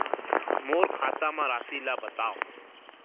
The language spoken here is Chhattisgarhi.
मोर खाता म राशि ल बताओ?